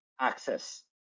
access